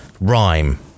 rhyme